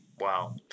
Wow